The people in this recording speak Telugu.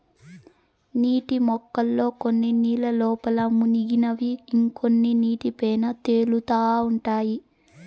నీటి మొక్కల్లో కొన్ని నీళ్ళ లోపల మునిగినవి ఇంకొన్ని నీటి పైన తేలుతా ఉంటాయి